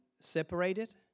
separated